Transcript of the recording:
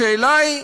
השאלה היא,